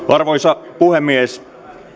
arvoisa puhemies